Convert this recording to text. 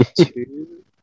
two